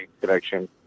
connection